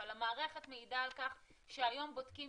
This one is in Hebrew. אבל המערכת מעידה על כך שהיום בודקים